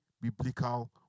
biblical